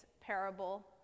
parable